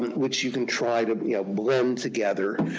which you can try to yeah blend together.